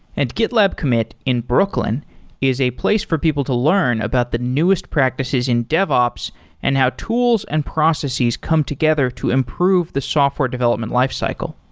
and gitlab commit in brooklyn is a place for people to learn about the newest practices in dev ops and how tools and processes come together to improve the software development lifecycle.